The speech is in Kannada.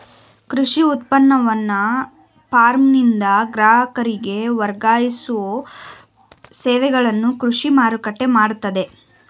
ಕೃಷಿ ಉತ್ಪನ್ನವನ್ನ ಫಾರ್ಮ್ನಿಂದ ಗ್ರಾಹಕರಿಗೆ ವರ್ಗಾಯಿಸೋ ಸೇವೆಗಳನ್ನು ಕೃಷಿ ಮಾರುಕಟ್ಟೆ ಮಾಡ್ತದೆ